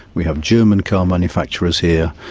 we have german car manufacturers here,